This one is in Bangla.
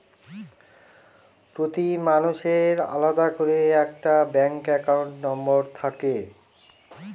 প্রতি মানুষের আলাদা করে একটা ব্যাঙ্ক একাউন্ট নম্বর থাকে